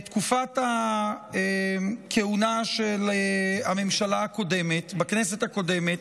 בתקופת הכהונה של הממשלה הקודמת, בכנסת הקודמת,